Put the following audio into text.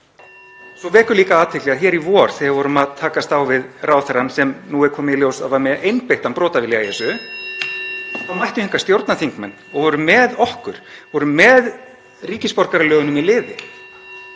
Svo vekur líka athygli að hér í vor þegar við vorum að takast á við ráðherrann, sem nú er komið í ljós að var með einbeittan brotavilja í þessu, þá mættu hingað stjórnarþingmenn og voru með okkur, voru með ríkisborgaralögunum í liði.